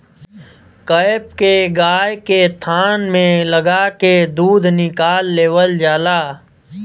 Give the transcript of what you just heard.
cap के गाय के थान में लगा के दूध निकाल लेवल जाला